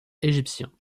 égyptiens